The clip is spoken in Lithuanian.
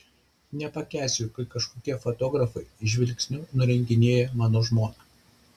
nepakęsiu kai kažkokie fotografai žvilgsniu nurenginėja mano žmoną